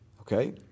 Okay